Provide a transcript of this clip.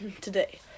today